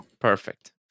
Perfect